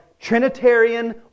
Trinitarian